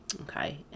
Okay